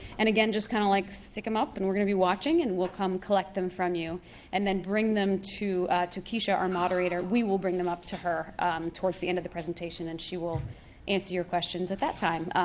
and again, just kind of like stick them up and we're gonna be watching and we'll come collect them from you and then bring them to to kesha, our moderator. we will bring them up to her towards the end of the presentation, and she will answer your questions at that time.